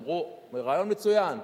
אמרו: רעיון מצוין.